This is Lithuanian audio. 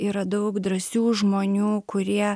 yra daug drąsių žmonių kurie